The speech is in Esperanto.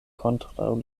kontraŭ